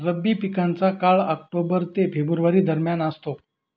रब्बी पिकांचा काळ ऑक्टोबर ते फेब्रुवारी दरम्यान असतो